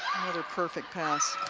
another perfect pass